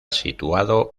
situado